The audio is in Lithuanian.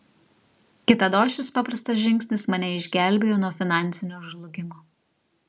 kitados šis paprastas žingsnis mane išgelbėjo nuo finansinio žlugimo